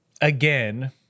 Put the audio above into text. again